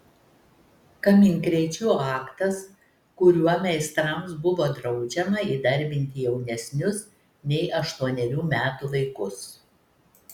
kaminkrėčių aktas kuriuo meistrams buvo draudžiama įdarbinti jaunesnius nei aštuonerių metų vaikus